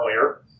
earlier